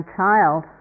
child